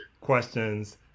questions